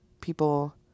people